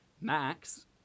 max